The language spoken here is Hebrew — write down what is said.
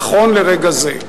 נכון לרגע זה.